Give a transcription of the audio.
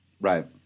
Right